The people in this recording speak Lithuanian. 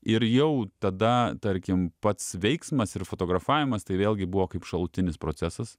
ir jau tada tarkim pats veiksmas ir fotografavimas tai vėlgi buvo kaip šalutinis procesas